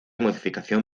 modificación